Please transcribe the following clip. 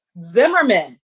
Zimmerman